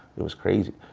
it was crazy.